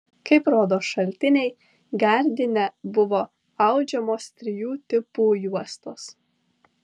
kaip rodo šaltiniai gardine buvo audžiamos trijų tipų juostos